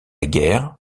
guerre